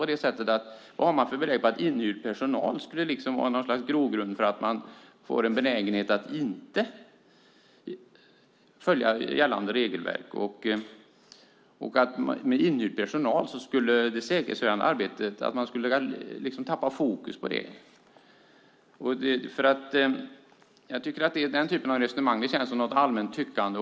Vad har man för belägg för att inhyrd personal skulle innebära en benägenhet att inte följa gällande regelverk och att man med inhyrd personal skulle tappa fokus på det säkerhetshöjande arbetet? Den typen av resonemang känns som ett allmänt tyckande.